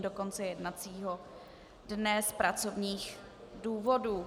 do konce jednacího dne z pracovních důvodů.